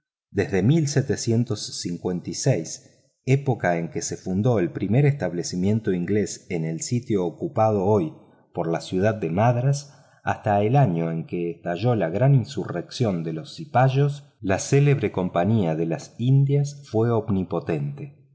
india es todavía absoluta desde época en que se fundó el primer establecimiento inglés en el sitio ocupado hoy por la ciudad de madrás hasta el año en que estalló la gran insurrección de los cipayos la célebre compañía de las indias fue omnipotente